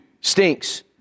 stinks